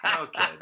Okay